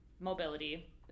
Mobility